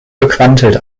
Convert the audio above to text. gequantelt